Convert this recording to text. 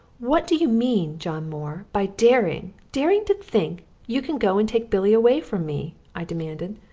what do you mean, john moore, by daring, daring to think you can go and take billy away from me? i demanded,